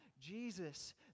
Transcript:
Jesus